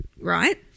Right